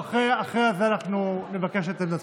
אחרי כן אנחנו נבקש את עמדתכם.